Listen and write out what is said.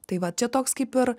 tai va čia toks kaip ir